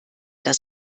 das